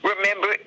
remember